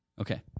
okay